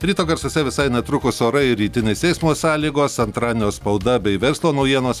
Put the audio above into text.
ryto garsuose visai netrukus orai ir rytinės eismo sąlygos antradienio spauda bei verslo naujienos